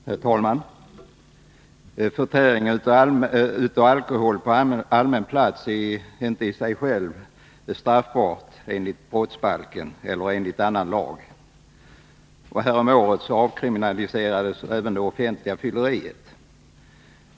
Herr talman! Förtäring av alkohol på allmän plats är inte i sig straffbar enligt brottsbalken eller enligt annan lag. Häromåret avkriminaliserades även offentligt fylleri.